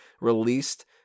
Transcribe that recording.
released